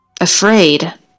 afraid